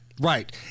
Right